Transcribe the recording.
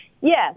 Yes